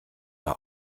mal